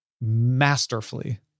masterfully